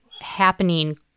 happening